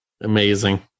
Amazing